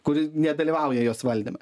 kuri nedalyvauja jos valdyme